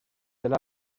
del